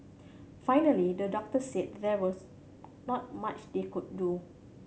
finally the doctors said there was not much they could do